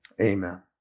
Amen